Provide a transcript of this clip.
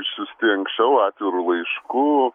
išsiųsti anksčiau atviru laišku